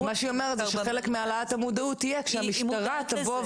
--- היא אומרת שחלק מהעלאת המודעות תהיה כשהמשטרה תבוא